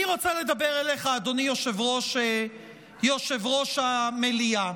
אני רוצה לדבר אליך, אדוני, יושב-ראש המליאה.